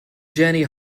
journey